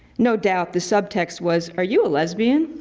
no doubt, the subtext was are you a lesbian?